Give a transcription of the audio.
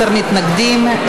היועצת המשפטית של הוועדה,